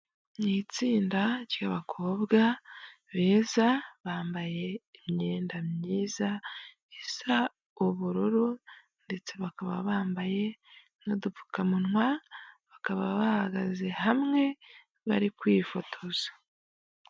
Mu itsinda ry'abakobwa beza bambaye imyenda myiza isa ubururu ndetse bakaba bambaye n'udupfukamunwa, bakaba bahagaze hamwe bari kwifotoza.